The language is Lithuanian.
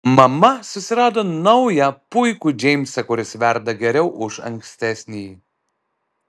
mama susirado naują puikų džeimsą kuris verda geriau už ankstesnįjį